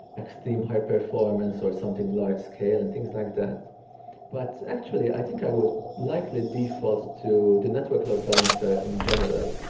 extreme high performance or something large scale and things like that but actually, i think i would likely default to the network load balancer in general.